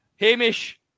hamish